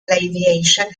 aviation